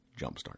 Jumpstart